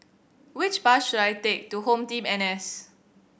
which bus should I take to HomeTeam N S